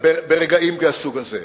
ברגעים מהסוג הזה,